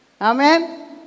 Amen